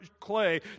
clay